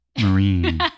marine